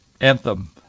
anthem